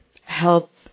help